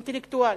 אינטלקטואל,